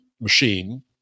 machine